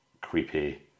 creepy